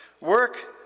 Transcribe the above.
Work